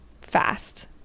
fast